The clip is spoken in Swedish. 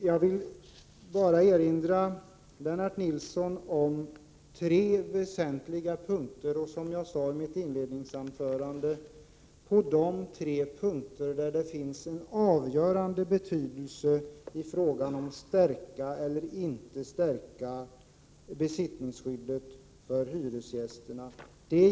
Jag vill bara erinra Lennart Nilsson om fyra väsentliga punkter. Som jag sade i mitt inledningsanförande finns på dessa punkter en avgörande skillnad i frågan om huruvida man skall stärka besittningsskyddet för hyresgästerna eller inte.